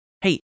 Hey